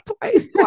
twice